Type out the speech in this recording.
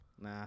Nah